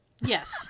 Yes